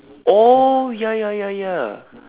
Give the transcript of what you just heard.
oh ya ya ya ya